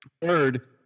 Third